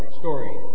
story